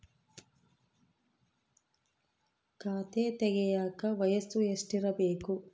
ಖಾತೆ ತೆಗೆಯಕ ವಯಸ್ಸು ಎಷ್ಟಿರಬೇಕು?